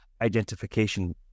identification